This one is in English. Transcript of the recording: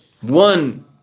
One